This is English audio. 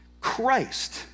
Christ